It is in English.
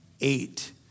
Eight